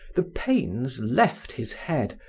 the pains left his head,